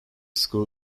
school